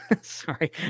Sorry